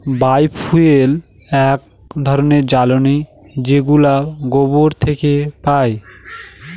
বায় fuel এক ধরনের জ্বালানী যেগুলো গোবর থেকে পাই